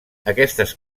aquestes